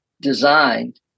designed